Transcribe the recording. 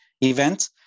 event